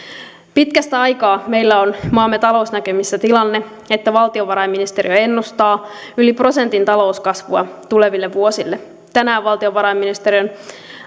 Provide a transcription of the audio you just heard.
pitkästä aikaa meillä on maamme talousnäkymissä tilanne että valtiovarainministeriö ennustaa yli prosentin talouskasvua tuleville vuosille tänään valtiovarainministeriön